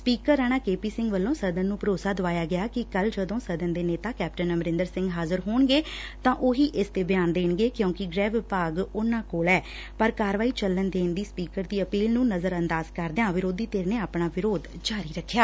speaker Rana K P Singh ਵੱਲੋਂ ਸਦਨ ਨੂੰ ਭਰੋਸਾ ਦਵਾਇਆ ਗਿਆ ਕਿ ਕੱਲ੍ ਜਦੋਂ ਸਦਨ ਦੇ ਨੇਤਾ ਕੈਪਟਨ ਅਮਰਿੰਦਰ ਸਿੰਘ ਹਾਜ਼ਰ ਹੋਣਗੇ ਤਾਂ ਉਹ ਹੀ ਇਸ ਤੇ ਬਿਆਨ ਦੇਣਗੇ ਕਿਉਂਕਿ ਗ੍ਹਿ ਵਿਭਾਗ ਉਨੂਾਂ ਕੋਲ ਐ ਪਰ ਕਾਰਵਾਈ ਚਲੱਣ ਦੇਣ ਦੀ ਸਪੀਕਰ ਦੀ ਅਪੀਲ ਨੁੰ ਨਜ਼ਰ ਅੰਦਾਜ਼ ਕਰਦਿਆਂ ਵਿਰੋਧੀ ਧਿਰ ਨੇ ਆਪਣਾ ਵਿਰੋਧ ਜਾਰੀ ਰੱਖਿਆ